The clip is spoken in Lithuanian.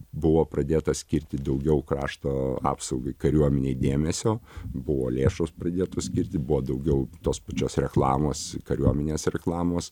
buvo pradėta skirti daugiau krašto apsaugai kariuomenei dėmesio buvo lėšos pradėtos skirti buvo daugiau tos pačios reklamos kariuomenės reklamos